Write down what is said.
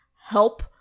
help